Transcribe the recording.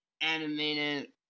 animated